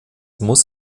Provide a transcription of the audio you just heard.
muss